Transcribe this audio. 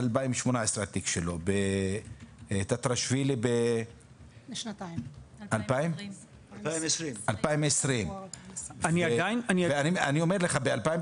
התיק שלו מ-2018 וטטרשווילי מ-2020 אני אומר לך שב-2018